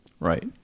Right